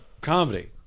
comedy